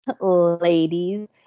Ladies